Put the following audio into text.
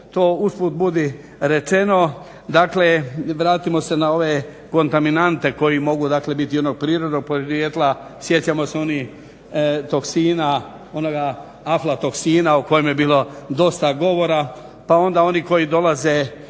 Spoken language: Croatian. to usput budi rečeno, dakle vratimo se na ove kontaminante koji mogu dakle biti onog prirodnog podrijetla. Sjećamo se onih toksina, onoga aflatoksina o kojem je bilo dosta govora pa onda oni koji dolaze